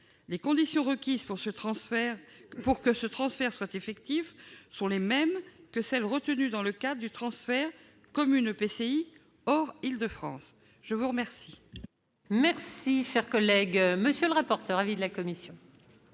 Les conditions requises pour que ce transfert soit effectif sont les mêmes que celles qui sont retenues dans le cadre du transfert communes-EPCI hors Île-de-France. Quel